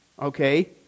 okay